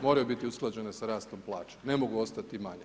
Moraju biti usklađene sa rastom plaća, ne mogu ostati manje.